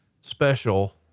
special